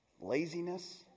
laziness